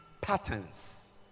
patterns